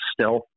stealth